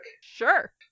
Sure